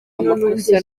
amakosa